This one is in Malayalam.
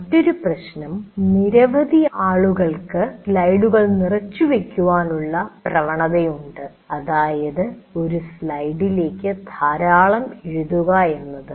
മറ്റൊരു പ്രശ്നം നിരവധി ആളുകൾക്ക് സ്ലൈഡുകൾ നിറച്ചു വെക്കുവാൻ ഉള്ള പ്രവണതയുണ്ട് അതായത് ഒരു സ്ലൈഡിലേക്ക് ധാരാളം എഴുതുക എന്നത്